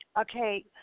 okay